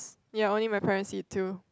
ya only my parents eat too